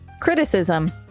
Criticism